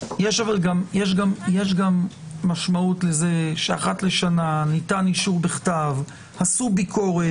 אבל יש גם משמעות לזה שאחת לשנה ניתן אישור בכתב שעשו ביקורת.